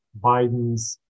Biden's